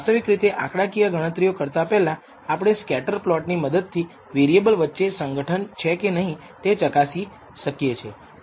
વાસ્તવિક રીતે આંકડાકીય ગણતરીઓ કરતા પહેલા આપણે સ્કેટર પ્લોટ ની મદદથી વેરીએબલ વચ્ચે સંગઠન છે કે નહીં તે ચકાસી શકીએ છીએ